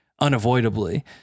unavoidably